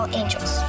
angels